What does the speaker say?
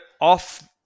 off